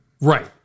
Right